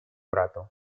брату